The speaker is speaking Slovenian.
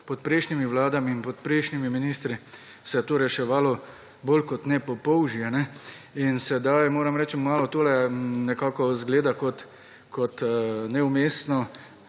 pod prejšnjimi vladami in pod prejšnjimi ministri se je to reševalo bolj kot ne po polžje. In sedaj moram reči malo to nekako zgleda kot neumestno